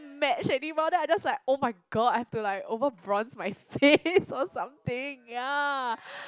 match anymore and I just like oh-my-god I have to like over bronze my face or something ya